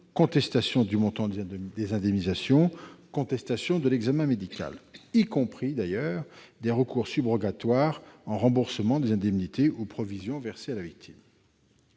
contestation du montant de l'indemnisation, contestation de l'examen médical- seraient y compris concernés, d'ailleurs, des recours subrogatoires en remboursement des indemnités ou provisions versées à la victime.